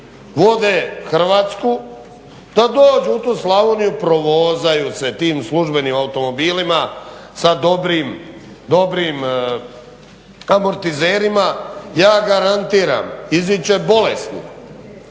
vode Hrvatsku da dođu u tu Slavoniju, provozaju se tim službenim automobilima sa dobrim amortizerima. Ja garantiram, izići će bolesni,